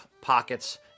pockets